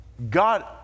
God